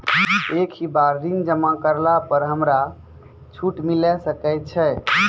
एक ही बार ऋण जमा करला पर हमरा छूट मिले सकय छै?